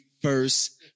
first